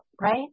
right